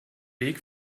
weg